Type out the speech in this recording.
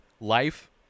life